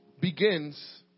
begins